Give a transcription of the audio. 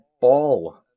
ball